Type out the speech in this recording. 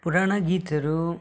पुराना गीतहरू